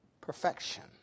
perfection